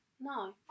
No